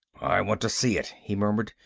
i want to see it, he murmured.